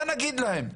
מה נגיד להם?